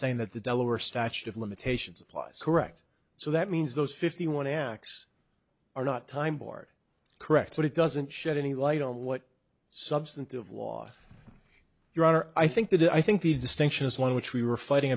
saying that the delaware statute of limitations applies correct so that means those fifty one acts are not time board correct but it doesn't shed any light on what substantive law your honor i think that i think the distinction is one which we were fighting